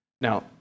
Now